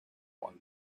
one